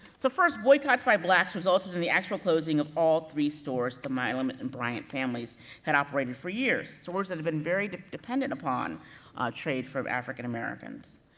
so, first boycotts by blacks, resulted in the actual closing of all three stores the milam and brant families had operated for years. stores that had been very dependent upon trade from african americans.